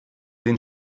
den